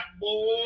boy